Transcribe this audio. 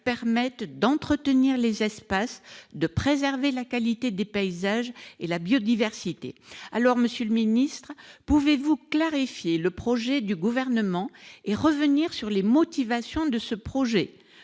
permettent d'entretenir les espaces, de préserver la qualité des paysages et la biodiversité. Monsieur le secrétaire d'État, pouvez-vous clarifier le projet du Gouvernement et revenir sur les motivations de ce projet ?